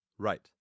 Right